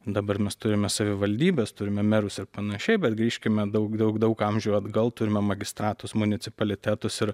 dabar mes turime savivaldybes turime merus ir panašiai bet grįžkime daug daug daug amžių atgal turime magistratus municipalitetus ir